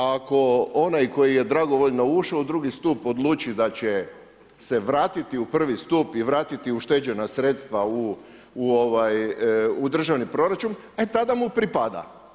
Ako onaj koji je dragovoljno ušao u drugi stup odluči da će se vratiti u prvi stup i vratiti ušteđena sredstva u državni proračun, e tada mu pripada.